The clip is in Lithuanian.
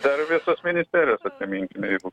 dar visos ministerijos atsiminkime jeigu